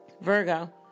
Virgo